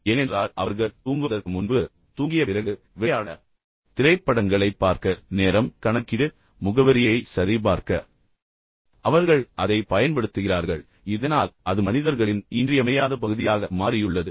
ஏனென்றால் அவர்கள் தூங்குவதற்கு முன்பு தூங்கிய பிறகு விளையாட திரைப்படங்களைப் பார்க்க நேரம் கணக்கீடு முகவரியை சரிபார்க்க அதைப் பயன்படுத்துகிறார்கள் அவர்கள் அதை பயன்படுத்துகிறார்கள் இதனால் அது மனிதர்களின் இன்றியமையாத பகுதியாக மாறியுள்ளது